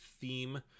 theme